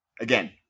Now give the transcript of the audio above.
again